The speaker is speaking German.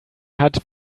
hat